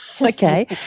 Okay